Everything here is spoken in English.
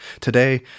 Today